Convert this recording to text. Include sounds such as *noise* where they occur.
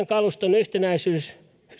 *unintelligible* kaluston yhtenäisyyden